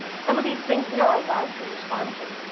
some of these things we are allowed to respond to,